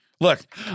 Look